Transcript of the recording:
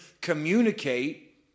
communicate